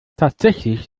tatsächlich